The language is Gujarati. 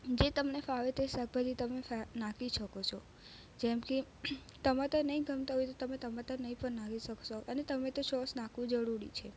જે તમને ફાવે તે શાકભાજી તમે નાખી શકો છો જેમ કે ટમાટા નથી ગમતા હોય તો તમે ટમાટર નથી પણ નાખી શકશો અને ટોમેટો સોસ નાખવો જરૂરી છે